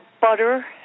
butter